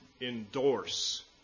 endorse